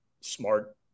Smart